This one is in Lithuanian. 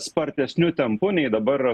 spartesniu tempu nei dabar yra